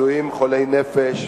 בפצועים חולי-נפש,